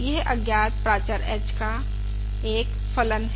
यह अज्ञात प्राचर h का एक फलन है